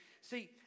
See